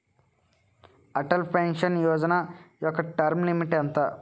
Atal pension Yojana యెక్క term limit ఎంత?